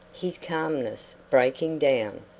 his calmness breaking down.